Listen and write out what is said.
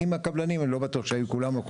אני לא בטוח שכולם היו,